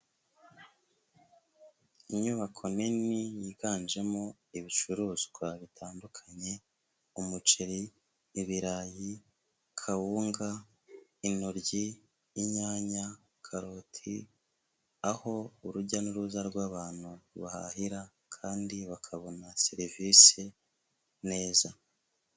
Inyubako nini yiganjemo ibicuruzwa bitandukanye: umuceri, ibirayi, kawunga, intoryi, inyanya, karoti, aho urujya n'uruza rw'abantu bahahira kandi bakabona serivisi neza.